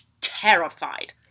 terrified